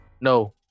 No